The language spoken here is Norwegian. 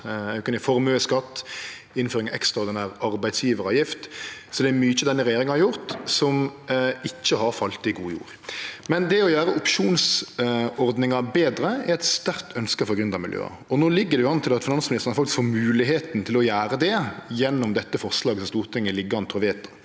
det er mykje denne regjeringa har gjort, som ikkje har falt i god jord. Men det å gjere opsjonsordninga betre er eit sterkt ønske frå gründermiljøa, og no ligg det an til at finansministeren faktisk får moglegheit til å gjere det, gjennom dette forslaget som Stortinget ligg an til å vedta.